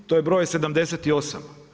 To je broj 78.